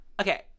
okay